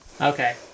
okay